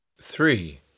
Three